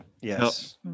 yes